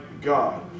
God